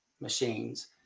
machines